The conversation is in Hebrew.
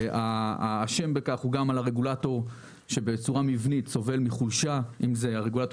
האשם הוא גם ברגולטור שבצורה מבנית סובל מחולשה בין הרגולטור